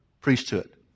priesthood